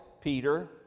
Peter